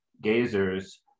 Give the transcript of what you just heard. Gazers